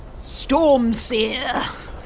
Stormseer